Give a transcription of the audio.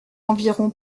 environ